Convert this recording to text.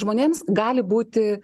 žmonėms gali būti